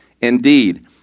Indeed